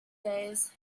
days